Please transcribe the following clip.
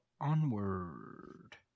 onward